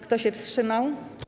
Kto się wstrzymał?